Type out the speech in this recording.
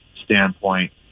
standpoint